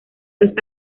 los